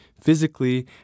physically